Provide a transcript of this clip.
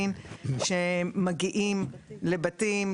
אנחנו נותנים מיצוי זכויות של עורכי דין שמגיעים לבתים,